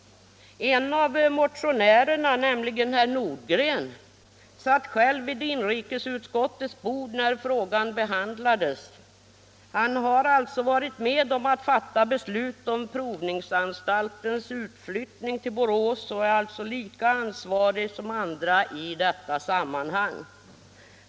En av motionärerna, näraligen herr Nordgren, satt själv vid inrikesutskottets bord när frågan behandlades. Han har alltså varit med om att fatta beslut om provningsanstaltens utflyttning till Borås och är lika ansvarig som andra i dessa sammanhang.